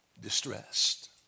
distressed